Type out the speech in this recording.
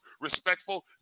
Respectful